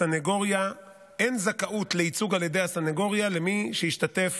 שאין זכאות לייצוג על ידי הסנגוריה למי שהשתתף